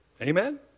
Amen